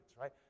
right